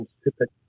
stupid